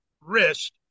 wrist